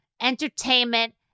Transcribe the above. entertainment